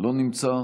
לא נמצא,